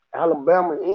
Alabama